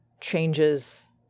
changes